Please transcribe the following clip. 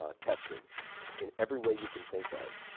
ah tested in every way you can think of,